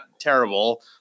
terrible